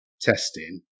testing